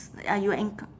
ah you encoun~